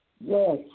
Yes